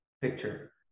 picture